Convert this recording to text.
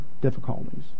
difficulties